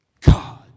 God